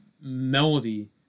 melody